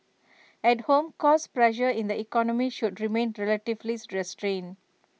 at home cost pressures in the economy should remain relatively restrained